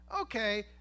Okay